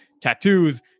tattoos